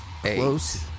close